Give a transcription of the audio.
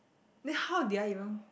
then how did I even